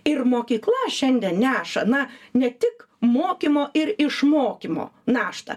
ir mokykla šiandien neša na ne tik mokymo ir išmokymo naštą